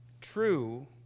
true